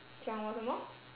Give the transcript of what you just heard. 讲我什么